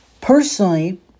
personally